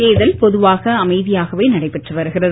தேர்தல் பொதுவாக அமைதியாகவே நடைபெற்று வருகிறது